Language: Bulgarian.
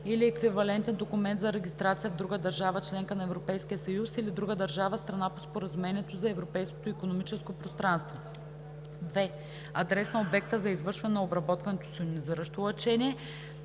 или еквивалентен документ за регистрация в друга държава – членка на Европейския съюз, или друга държава – страна по Споразумението за Европейското икономическо пространство; 2. адрес на обекта за извършване на обработването с йонизиращо лъчение;